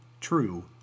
true